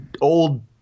old